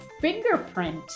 fingerprint